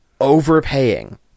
overpaying